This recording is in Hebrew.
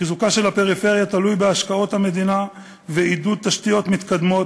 חיזוקה של הפריפריה תלוי בהשקעות המדינה ועידוד תשתיות מתקדמות,